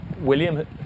William